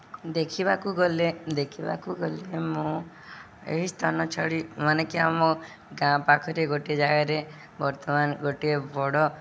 ଦେଖିବାକୁ ଗଲେ ଦେଖିବାକୁ ଗଲେ ମୁଁ ଏହି ସ୍ଥାନ ଛାଡ଼ି ମାନେକି ଆମ ଗାଁ ପାଖରେ ଗୋଟିଏ ଜାଗାରେ ବର୍ତ୍ତମାନ ଗୋଟିଏ ବଡ଼